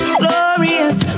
glorious